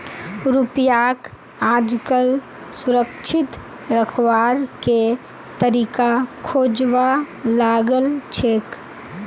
रुपयाक आजकल सुरक्षित रखवार के तरीका खोजवा लागल छेक